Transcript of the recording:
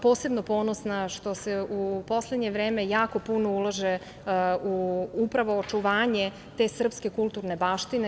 Posebno sam ponosna što se u poslednje vreme jako puno ulaže u upravo očuvanje te srpske kulturne baštine.